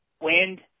wind